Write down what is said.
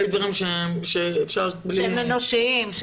שהם אנושיים.